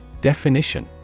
Definition